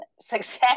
success